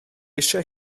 eisiau